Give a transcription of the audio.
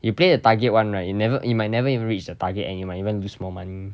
you play the target one right you never you might never even reach the target and you might even lose more money